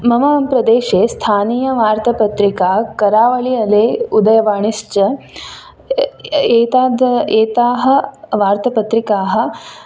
मम प्रदेशे स्थानीयवार्तपत्रिका करावळि अले उदयवाणिश्च एताद् एताः वार्तपत्रिकाः